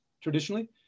traditionally